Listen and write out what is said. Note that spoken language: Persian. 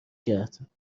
کرد